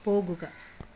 പോകുക